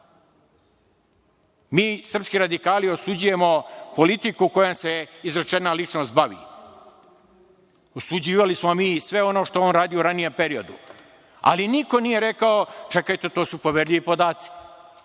srpski radikali, osuđujemo politiku kojom se izrečena ličnost bavi. Osuđivali smo mi i sve ono što je on radio u ranijem periodu. Ali, niko nije rekao - čekajte, to su poverljivi podaci,